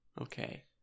okay